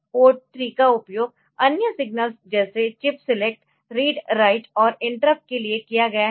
port 3 का उपयोग अन्य सिग्नल्स जैसे चिप सीलेक्ट रीड राइट और इंटरप्ट के लिए किया गया है